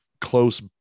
close